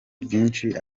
byinshi